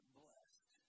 blessed